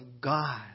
God